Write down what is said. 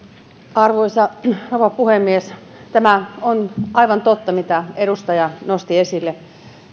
arvoisa rouva puhemies tämä on aivan totta mitä edustaja nosti esille